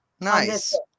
Nice